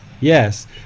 Yes